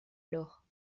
alors